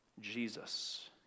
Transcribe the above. Jesus